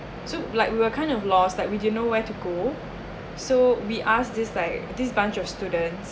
so like we are kind of lost like we didn't know where to go so we asked this like this bunch of students